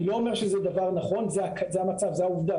אני לא אומר שזה דבר נכון, זה המצב, זה העובדה.